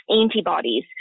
antibodies